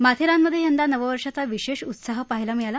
माथेरानमध्ये यंदा नववर्षाचा विशेष उत्साह पाहायला मिळाला